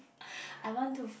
I want to